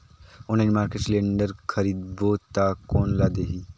Online market cylinder खरीदबो ता कोन ला देही?